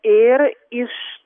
ir iš